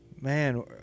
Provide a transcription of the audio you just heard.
man